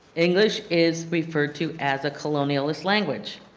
english is referred to as a colonialist language.